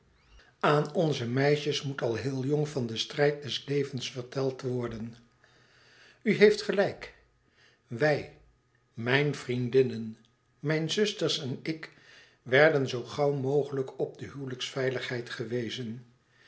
aan onze meisjes moet al heel jong van den strijd des levens verteld worden u heeft gelijk wij mijn vriendinnen mijn zusters en ik werden zoo gauw mogelijk op de huwelijksveiligheid gewezen